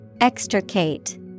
Extricate